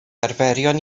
arferion